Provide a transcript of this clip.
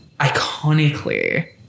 iconically